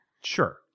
Sure